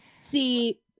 See